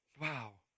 wow